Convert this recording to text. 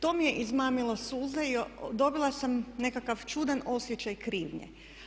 To mi je izmamilo suze i dobila sam nekakav čudan osjećaj krivnje.